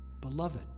Beloved